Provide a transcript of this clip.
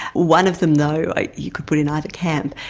one of them, though, you could put in either camp.